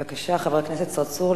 בבקשה, חבר הכנסת צרצור.